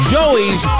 Joey's